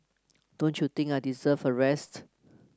don't you think I deserve a rest